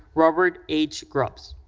robert h. grubbs.